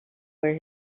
where